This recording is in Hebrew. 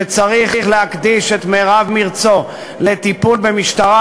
שצריך להקדיש את מרב מרצו לטיפול במשטרה